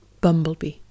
Bumblebee